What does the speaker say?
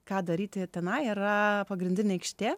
ką daryti tenai yra pagrindinė aikštė